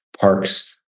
parks